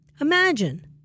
Imagine